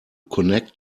connect